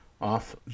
off